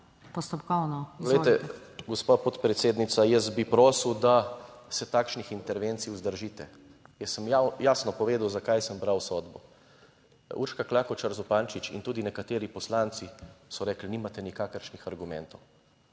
(PS SDS):** Glejte, gospa podpredsednica, jaz bi prosil, da se takšnih intervencij vzdržite. Jaz sem jasno povedal zakaj sem bral sodbo. Urška Klakočar Zupančič in tudi nekateri poslanci so rekli: nimate nikakršnih argumentov.